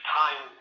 time